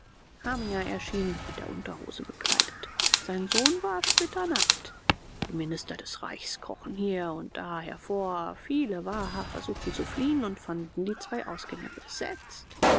hamia erschien mit der unterhose bekleidet sein sohn war splitternackt die minister des reichs krochen hier und da hervor viele waha versuchten zu fliehen und fanden die zwei ausgänge besetzt